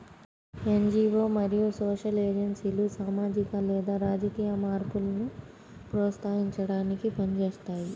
NGO మరియు social ఏజెన్సీలు సామాజిక లేదా రాజకీయ మార్పును ప్రోత్సహించడానికి పని చేస్తాయి